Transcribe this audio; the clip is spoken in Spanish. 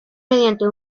mediante